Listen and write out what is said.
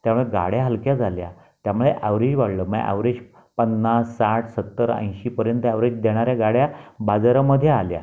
त्यामुळे गाड्या हलक्या झाल्या त्यामुळे ॲव्हरेज वाढलं म्हणजे ॲव्हरेज पन्नास साठ सत्तर ऐंशी पर्यंत ॲव्हरेज देणाऱ्या गाड्या बाजारामध्ये आल्या